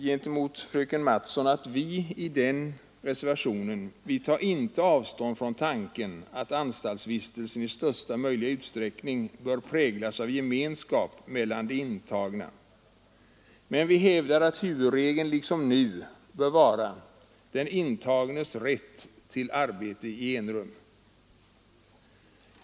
Gentemot fröken Mattson vill jag erinra om att vi i reservationen inte tar avstånd från tanken att anstaltsvistelsen i största möjliga utsträckning bör präglas av gemenskap mellan de intagna, men vi hävdar att huvudregeln liksom förut bör vara den intagnes rätt till arbete i enrum.